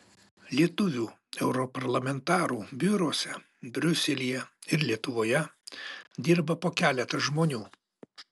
lietuvių europarlamentarų biuruose briuselyje ir lietuvoje dirba po keletą žmonių